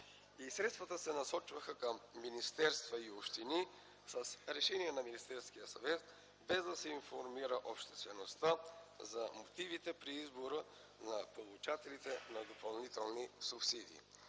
средствата се насочваха към министерства и общини с решение на Министерския съвет, без да се информира обществеността за мотивите при избора на получателите на допълнителни субсидии.